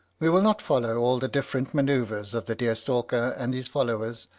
we will not follow all the different manoeuvres of the deer-stalker and his followers,